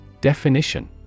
Definition